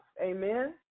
Amen